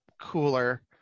cooler